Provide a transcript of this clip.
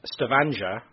Stavanger